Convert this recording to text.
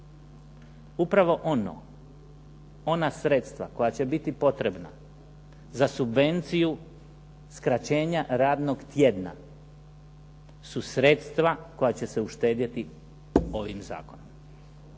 Upravo ona sredstva koja će biti potrebna za subvenciju skraćenja radnog tjedna su sredstva koja će se uštedjeti ovim zakonom